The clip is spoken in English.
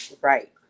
Right